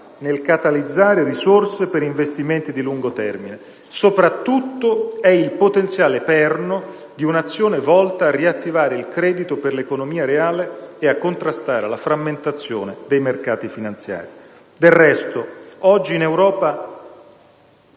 nel catalizzare risorse per investimenti di lungo termine; soprattutto è il potenziale perno di un'azione volta a riattivare il credito per l'economia reale e a contrastare la frammentazione dei mercati finanziari. Del resto, oggi, in Europa,